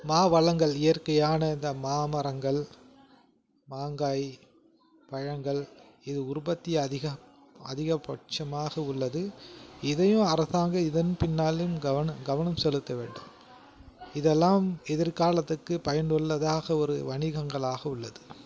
மா வளங்கள் இயற்கையான இந்த மாமரங்கள் மாங்காய் பழங்கள் இது உற்பத்தி அதிகம் அதிகபட்சமாக உள்ளது இதையும் அரசாங்கம் இதன் பின்னாலும் கவனம் கவனம் செலுத்த வேண்டும் இதெல்லாம் எதிர்காலத்துக்கு பயனுள்ளதாக ஒரு வணிகங்களாக உள்ளது